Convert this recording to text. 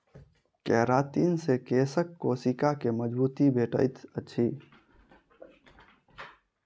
keratin से केशक कोशिका के मजबूती भेटैत अछि